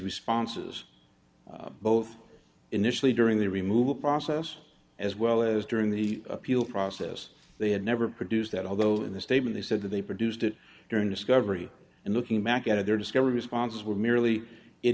responses both initially during the removal process as well as during the appeal process they had never produced that although in the statement they said that they produced it during discovery and looking back at their discovery responses were merely it